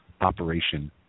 Operation